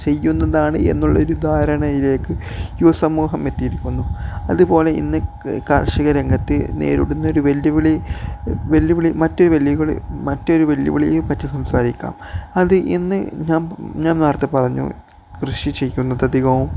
ചെയ്യുന്നതാണ് എന്നുള്ളൊരു ധാരണയിലേക്ക് യുവസമൂഹം എത്തിയിരിക്കുന്നു അതുപോലെ ഇന്ന് കാർഷികരംഗത്ത് നേരിടുന്നൊരു മറ്റൊരു വെല്ലുവിളിയെ പറ്റി സംസാരിക്കാം അത് ഇന്ന് ഞാൻ ഞാൻ നേരത്തെ പറഞ്ഞു കൃഷി ചെയ്യുന്നധികവും